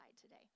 today